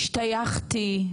השתייכתי,